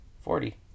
Forty